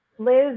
Liz